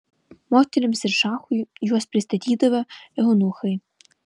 moterims ir šachui juos pristatydavo eunuchai